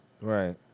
Right